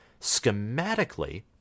schematically